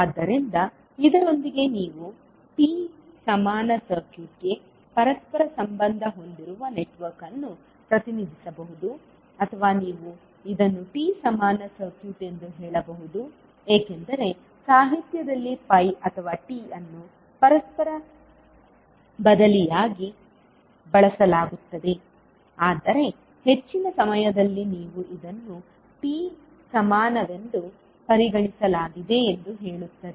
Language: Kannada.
ಆದ್ದರಿಂದ ಇದರೊಂದಿಗೆ ನೀವು T ಸಮಾನ ಸರ್ಕ್ಯೂಟ್ಗೆ ಪರಸ್ಪರ ಸಂಬಂಧ ಹೊಂದಿರುವ ನೆಟ್ವರ್ಕ್ ಅನ್ನು ಪ್ರತಿನಿಧಿಸಬಹುದು ಅಥವಾ ನೀವು ಇದನ್ನು T ಸಮಾನ ಸರ್ಕ್ಯೂಟ್ ಎಂದು ಹೇಳಬಹುದು ಏಕೆಂದರೆ ಸಾಹಿತ್ಯದಲ್ಲಿ pi ಅಥವಾ T ಅನ್ನು ಪರಸ್ಪರ ಬದಲಿಯಾಗಿ ಬಳಸಲಾಗುತ್ತದೆ ಆದರೆ ಹೆಚ್ಚಿನ ಸಮಯದಲ್ಲಿ ನೀವು ಇದನ್ನು T ಸಮಾನವೆಂದು ಪರಿಗಣಿಸಲಾಗಿದೆ ಎಂದು ಹೇಳುತ್ತದೆ